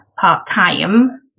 part-time